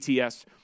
ATS